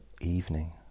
evening